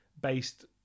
based